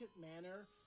manner